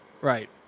Right